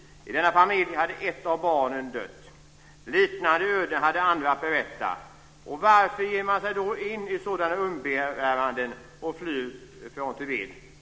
I denna familj hade ett av barnen dött. Andra hade liknande öden att berätta. Varför ger man sig då in i sådana umbäranden för att fly från Tibet?